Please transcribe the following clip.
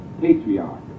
patriarch